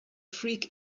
freak